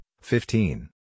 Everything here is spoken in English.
fifteen